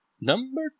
Number